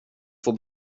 får